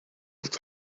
would